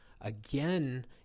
Again